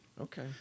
Okay